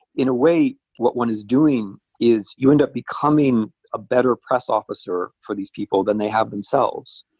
in a way, what one is doing is you end up becoming a better press officer for these people than they have themselves,